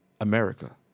America